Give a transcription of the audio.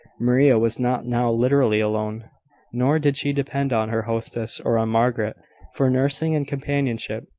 maria was not now literally alone nor did she depend on her hostess or on margaret for nursing and companionship.